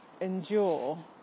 endure